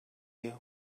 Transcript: you